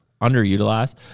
Underutilized